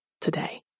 today